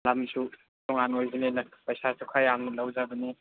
ꯂꯝꯁꯨ ꯇꯣꯉꯥꯟ ꯑꯣꯏꯕꯅꯤꯅ ꯄꯩꯁꯥꯁꯨ ꯈꯔ ꯌꯥꯝꯅ ꯂꯧꯖꯕꯅꯤ